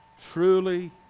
truly